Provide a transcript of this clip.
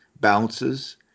bounces